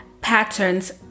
patterns